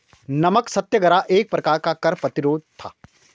नमक सत्याग्रह एक प्रकार का कर प्रतिरोध था